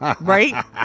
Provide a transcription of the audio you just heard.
Right